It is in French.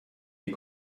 est